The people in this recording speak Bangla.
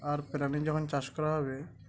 আর প্রাণী যখন চাষ করা হবে